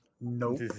Nope